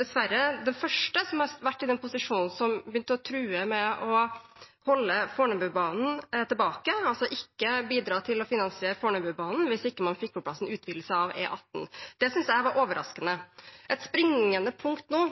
dessverre den første som har vært i den posisjonen som begynte å true med å holde Fornebubanen tilbake, altså ikke bidra til å finansiere Fornebubanen hvis man ikke fikk på plass en utvidelse av E18. Det synes jeg var overraskende. Et springende punkt nå